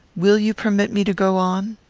will you permit me to go on?